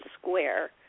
square